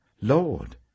Lord